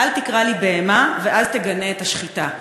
"אל תקרא לי בהמה ואז תגנה את השחיטה".